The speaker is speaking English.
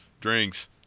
drinks